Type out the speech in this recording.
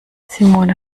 simone